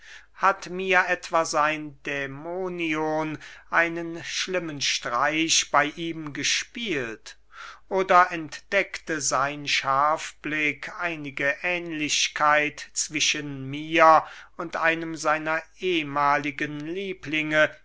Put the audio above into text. hat mir etwa sein dämonion einen schlimmen streich bey ihm gespielt oder entdeckte sein scharfblick einige ähnlichkeit zwischen mir und einem seiner ehmahligen lieblinge